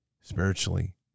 spiritually